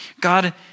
God